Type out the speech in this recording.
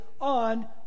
on